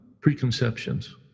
preconceptions